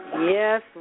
Yes